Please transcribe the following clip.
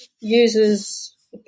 uses